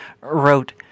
wrote